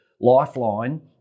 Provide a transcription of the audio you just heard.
lifeline